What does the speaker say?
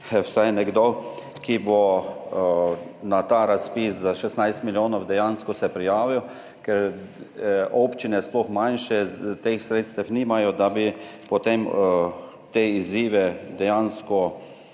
vsaj nekdo, ki se bo na ta razpis za 16 milijonov dejansko prijavil, ker občine, sploh manjše, teh sredstev nimajo, da bi potem te izzive dejansko